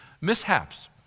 mishaps